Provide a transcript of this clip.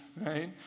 right